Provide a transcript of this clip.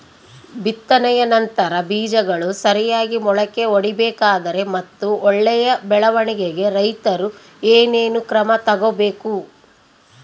ಬಿತ್ತನೆಯ ನಂತರ ಬೇಜಗಳು ಸರಿಯಾಗಿ ಮೊಳಕೆ ಒಡಿಬೇಕಾದರೆ ಮತ್ತು ಒಳ್ಳೆಯ ಬೆಳವಣಿಗೆಗೆ ರೈತರು ಏನೇನು ಕ್ರಮ ತಗೋಬೇಕು?